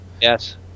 Yes